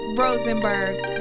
Rosenberg